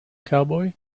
cowboy